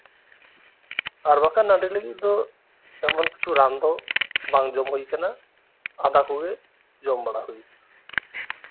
ᱟᱨ ᱵᱟᱝᱠᱷᱟᱱ ᱱᱟᱹᱰᱨᱤ ᱞᱟᱹᱜᱤᱫ ᱫᱚ ᱮᱢᱚᱱ ᱠᱤᱪᱷᱩ ᱨᱟᱱ ᱫᱚ ᱵᱟᱝ ᱡᱚᱢ ᱦᱩᱭᱟᱠᱟᱱᱟ ᱟᱫᱟ ᱠᱚᱜᱮ ᱡᱚᱢ ᱵᱟᱲᱟ ᱦᱩᱭᱟᱠᱟᱱᱟ